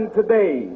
today